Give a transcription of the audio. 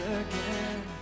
again